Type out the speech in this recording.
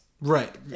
Right